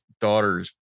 daughter's